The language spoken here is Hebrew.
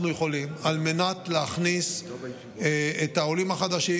יכולים על מנת להכניס את העולים החדשים,